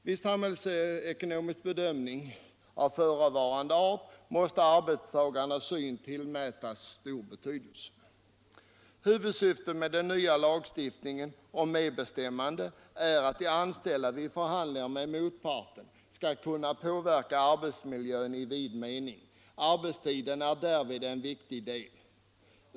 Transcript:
Vid samhällsekonomiska bedömningar av förevarande art måste arbetstagarnas syn tillmätas stor betydelse. Huvudsyftet med den nya lagstiftningen om medbestämmande är att de anställda vid förhandlingar med motparten skall kunna påverka arbetsmiljön i vid mening. Arbetstiden är därvid en viktig del.